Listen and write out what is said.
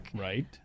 Right